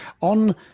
on